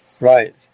Right